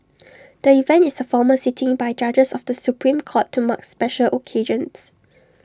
the event is A formal sitting by judges of the Supreme court to mark special occasions